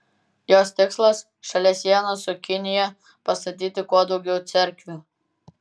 jos tikslas šalia sienos su kinija pastatyti kuo daugiau cerkvių